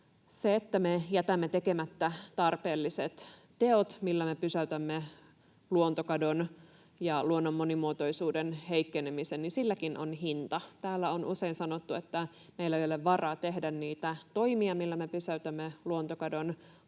Jos me jätämme tekemättä tarpeelliset teot, millä me pysäytämme luontokadon ja luonnon monimuotoisuuden heikkenemisen, niin silläkin on hinta. Täällä on usein sanottu, että meillä ei ole varaa tehdä niitä toimia, millä me pysäytämme luontokadon,